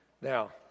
Now